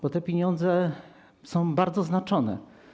bo te pieniądze są bardzo znaczone.